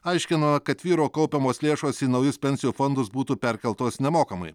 aiškino kad vyro kaupiamos lėšos į naujus pensijų fondus būtų perkeltos nemokamai